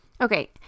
Okay